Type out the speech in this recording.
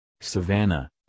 savannah